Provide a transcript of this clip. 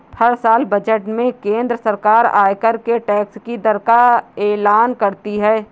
हर साल बजट में केंद्र सरकार आयकर के टैक्स की दर का एलान करती है